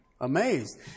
amazed